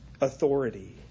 authority